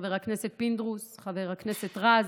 חבר הכנסת פינדרוס, חבר הכנסת רז,